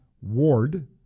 Ward